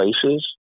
places